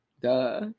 Duh